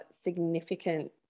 significant